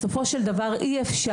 בסופו של דבר אי-אפשר.